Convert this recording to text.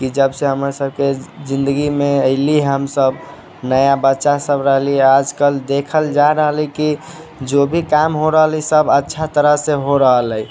कि जबसे हमर सबके जिन्दगीमे अयली हमसब नया बच्चा सब रहली आजकल देखल जा रहल अइ कि जोभी का हो रहल अइ सब अच्छा तरह से हो रहल अइ